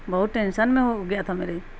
بہت ٹینشن میں ہو گیا تھا میری